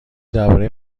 درباره